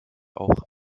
auch